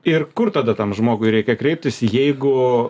ir kur tada tam žmogui reikia kreiptis jeigu